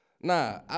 nah